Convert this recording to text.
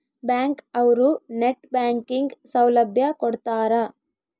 bank ಅವ್ರು net banking ಸೌಲಭ್ಯ ಕೊಡ್ತಾರ